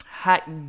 hot